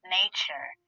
nature